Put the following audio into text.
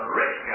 rich